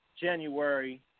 January